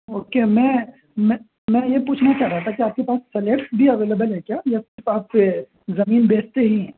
okay میں میں یہ پوچھنا چاہ رہا تھا کہ آپ کے پاس فلیٹس بھی اویلیبل ہے کیا یا صرف آپ زمین بیچتے ہی ہیں